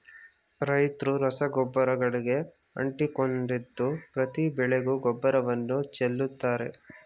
ರೈತ್ರು ರಸಗೊಬ್ಬರಗಳಿಗೆ ಅಂಟಿಕೊಂಡಿದ್ದು ಪ್ರತಿ ಬೆಳೆಗೂ ಗೊಬ್ಬರವನ್ನು ಚೆಲ್ಲುತ್ತಾರೆ